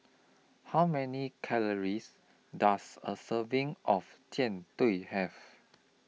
How Many Calories Does A Serving of Jian Dui Have